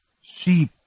sheep